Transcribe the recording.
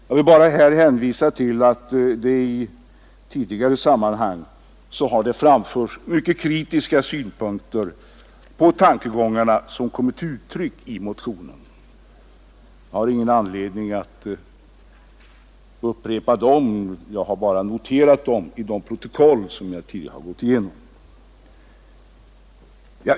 Jag vill bara hänvisa till att det tidigare framförts mycket kritiska synpunkter på de tankegångar som kommit till uttryck i motionen. Jag har ingen anledning att upprepa dem, jag har bara noterat dem i det protokoll som jag tidigare gått igenom.